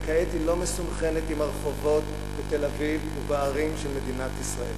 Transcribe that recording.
וכעת היא לא מסונכרנת עם הרחובות בתל-אביב ובערים של מדינת ישראל.